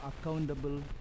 accountable